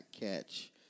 catch